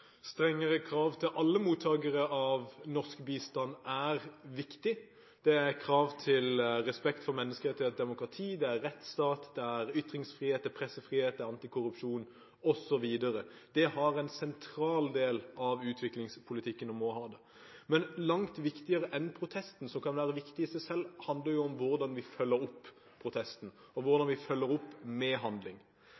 krav til respekt for menneskerettigheter, demokrati, rettsstat, ytringsfrihet, pressefrihet, antikorrupsjon osv. Det er en sentral del av utviklingspolitikken og må være det. Langt viktigere enn protesten, som kan være viktig i seg selv, handler om hvordan vi følger opp protesten og